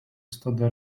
stada